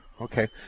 Okay